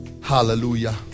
Hallelujah